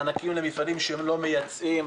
מענקים למפעלים לא מייצאים.